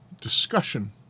discussion